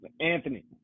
Anthony